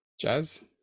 Jazz